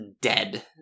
dead